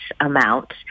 amount